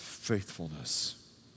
Faithfulness